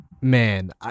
man